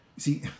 See